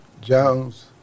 Jones